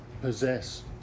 possess